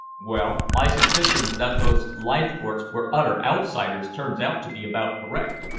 well, my suspicions that those leithcourts were utter outsiders turns out to be about correct.